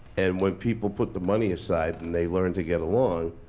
and when people put the money aside, and they learn to get along,